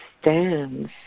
stands